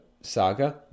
saga